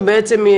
שבעצם,